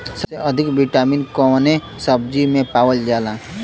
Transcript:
सबसे अधिक विटामिन कवने सब्जी में पावल जाला?